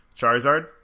Charizard